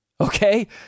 Okay